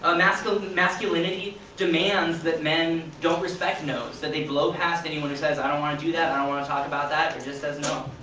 ah masculinity masculinity demands that men don't respect no's, that they blow past anyone who says i don't want to do that, or i don't want to talk about that, or just says no.